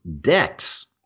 decks